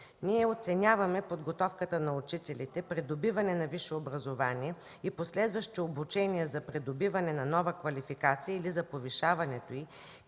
Ние оценяваме подготовката на учителите при добиване на висше образование и последващи обучения за придобиване на нова квалификация или за повишаването й